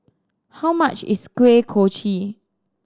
how much is Kuih Kochi